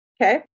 okay